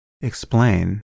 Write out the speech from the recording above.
explain